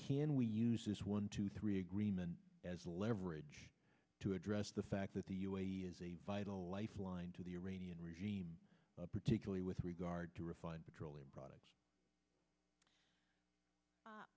can we use this one two three agreement as leverage to address the fact that the u a e is a vital lifeline to the iranian regime particularly with regard to refined petroleum